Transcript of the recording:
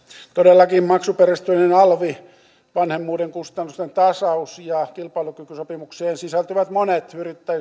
todellakin maksuperusteinen alvi vanhemmuuden kustannusten tasaus ja kilpailukykysopimukseen sisältyvät monet